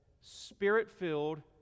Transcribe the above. spirit-filled